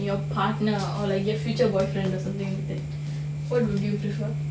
in your partner or like your future boyfriend or something that what would you prefer